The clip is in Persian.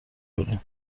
کنیم